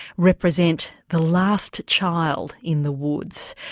represent the last child in the woods?